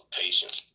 patience